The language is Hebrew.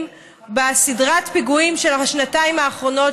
בסדרת הפיגועים של השנתיים האחרונות,